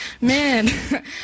Man